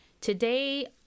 Today